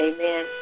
Amen